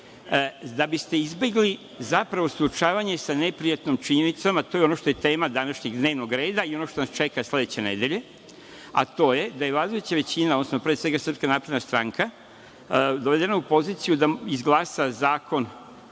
da bi ste izbegli zapravo suočavanje sa neprijatno činjenicom, a to je ono što je tema današnjeg dnevnog reda i ono što nas čeka sledeće nedelje, a to je da je vladajuća većina, pre svega SNS dovedena u poziciju da izglasa zakon